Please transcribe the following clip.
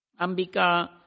Ambika